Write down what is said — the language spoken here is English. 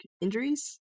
injuries